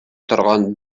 торган